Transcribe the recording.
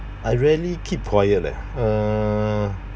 I really keep quiet leh uh